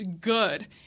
good